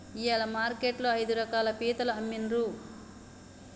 ఇయాల మార్కెట్ లో ఐదు రకాల పీతలు అమ్మిన్రు